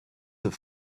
have